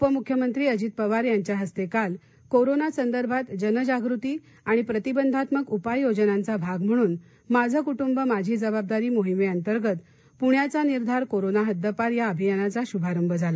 उपम्ख्यमंत्री अजित पवार यांच्या हस्ते काल कोरोना संदर्भात जनजागृती आणि प्रतिबंधात्मक उपाययोजनांचा भाग म्हणून माझे कुटुंब माझी जबाबदारी मोहिमेंतर्गत पुण्याचा निर्धार कोरोना हद्दपार या अभियानाचा शुभारंभही झाला